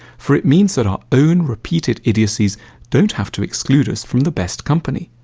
for it means that our own repeated idiocies don't have to exclude us from the best company.